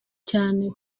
cyane